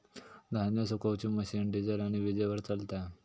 धान्य सुखवुची machine diesel आणि वीजेवर चलता